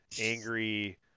angry